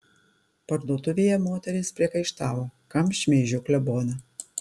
parduotuvėje moterys priekaištavo kam šmeižiu kleboną